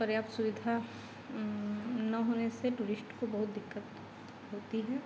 पर्याप्त सुविधा न होने से टूरिस्ट को बहुत दिक्कत होती है